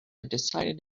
decided